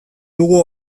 dugu